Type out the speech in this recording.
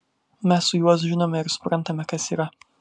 mes su juozu žinome ir suprantame kas yra